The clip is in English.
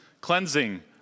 cleansing